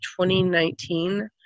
2019